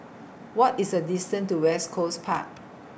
What IS The distance to West Coast Park